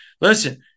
listen